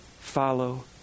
follow